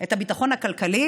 את הביטחון הכלכלי.